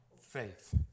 faith